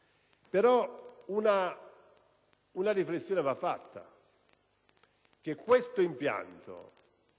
Ma una riflessione è necessaria. Questo impianto,